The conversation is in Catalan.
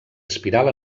espiral